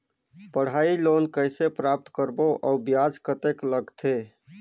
पढ़ाई लोन कइसे प्राप्त करबो अउ ब्याज कतेक लगथे?